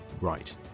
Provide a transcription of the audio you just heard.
right